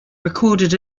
recorded